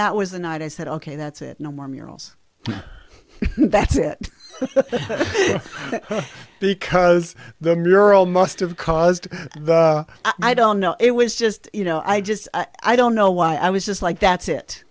that was the night i said ok that's it no more murals that's it because the neural must've caused the i don't know it was just you know i just i don't know why i was just like that's it